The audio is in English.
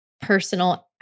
personal